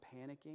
panicking